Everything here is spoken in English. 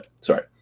sorry